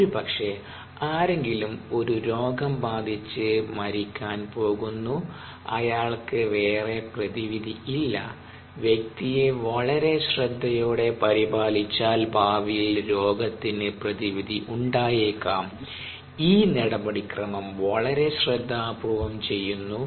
ഒരു പക്ഷേ ആരെങ്കിലും ഒരു രോഗം ബാധിച്ച് മരിക്കാൻ പോകുന്നു അയാൾക്ക് വേറെ പ്രതിവിധി ഇല്ല വ്യക്തിയെ വളരെ ശ്രദ്ധയോടെ പരിപാലിച്ചാൽ ഭാവിയിൽ രോഗത്തിന് പ്രതിവിധി ഉണ്ടായേക്കാം ഈ നടപടിക്രമം വളരെ ശ്രദ്ധാപൂർവ്വം ചെയ്യുന്നു